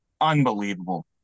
unbelievable